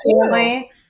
family